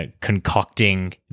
concocting